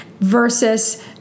versus